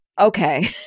Okay